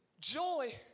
joy